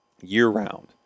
year-round